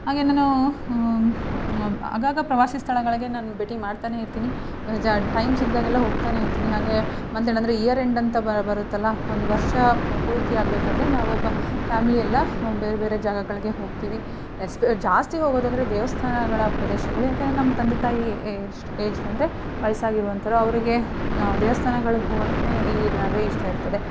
ಹಾಗೆ ನಾನು ಆಗಾಗ ಪ್ರವಾಸಿ ಸ್ಥಳಗಳಿಗೆ ನಾನು ಭೇಟಿ ಮಾಡ್ತಾನೆ ಇರ್ತೀನಿ ಟೈಮ್ ಸಿಕ್ದಂತೆಲ್ಲ ಹೋಗ್ತಾನೆ ಇರ್ತೀನಿ ಹಾಗೆಯೇ ಮಂತ್ ಎಂಡ್ ಅಂದರೆ ಇಯರ್ ಎಂಡ್ ಅಂತ ಬರುತ್ತಲ್ಲ ಒಂದು ವರ್ಷ ಪೂರ್ತಿ ಆಗಬೇಕಾದ್ರೆ ನಾವು ಫ್ಯಾಮಿಲಿ ಎಲ್ಲ ಬೇರೆ ಬೇರೆ ಜಾಗಗಳಿಗೆ ಹೋಗ್ತೀವಿ ಎಸ್ಪೆ ಜಾಸ್ತಿ ಹೋಗೋದು ಅಂದರೆ ದೇವಸ್ಥಾನಗಳ ಪ್ರದೇಶಗಳು ಏಕೆಂದ್ರೆ ನಮ್ಮ ತಂದೆ ತಾಯಿ ಏಜ್ಡ್ ಏಜ್ಡ್ ಅಂದರೆ ವಯಸ್ಸಾಗಿರುವಂಥೋರು ಅವರಿಗೆ ನಾವು ದೇವಸ್ಥಾನಗಳ್ಗೆ ಹೋಗೋಕೆ ನೇ ಈ ನಡುವೆ ಇಷ್ಟ ಇರ್ತದೆ